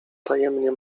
tajemnie